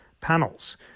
panels